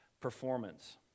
performance